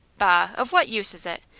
bah, of what use is it?